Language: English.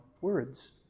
words